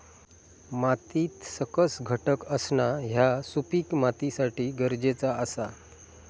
मातीत सकस घटक असणा ह्या सुपीक मातीसाठी गरजेचा आसा